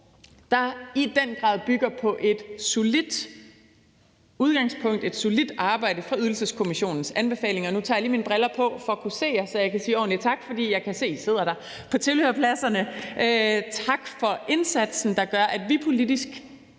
der i den grad bygger på et solidt udgangspunkt, et solidt arbejde, nemlig Ydelseskommissionens anbefalinger. Nu tager jeg lige mine briller på for at kunne se jer, så jeg kan sige ordentligt tak, for jeg kan se, at I sidder oppe på tilhørerpladserne. Tak for indsatsen, der gør, at vi politisk